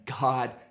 God